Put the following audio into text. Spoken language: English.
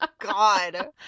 God